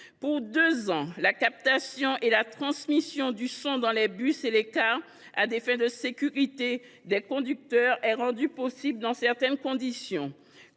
Pour deux ans, la captation et la transmission du son dans les bus et les cars à des fins de sécurité des conducteurs sont rendues possibles dans certaines conditions.